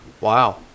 wow